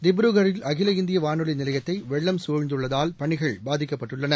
திப்ருகரில் அகில இந்திய வானொலி நிலையத்தை வெள்ளம் சூழ்ந்துள்ளதால் பணிகள் பாதிக்கப்பட்டுள்ளன